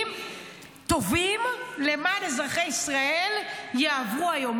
חוקים טובים למען אזרחי ישראל יעברו היום.